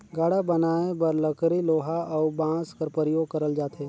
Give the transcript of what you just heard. गाड़ा बनाए बर लकरी लोहा अउ बाँस कर परियोग करल जाथे